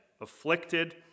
afflicted